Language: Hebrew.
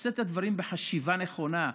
עושה את הדברים בחשיבה נכונה,